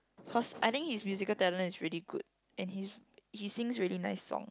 cause I think his musical talent is really good and his he sings very nice song